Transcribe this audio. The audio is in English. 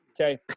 Okay